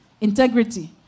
Integrity